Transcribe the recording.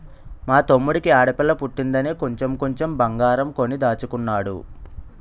మా తమ్ముడికి ఆడపిల్ల పుట్టిందని కొంచెం కొంచెం బంగారం కొని దాచుతున్నాడు